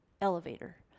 elevator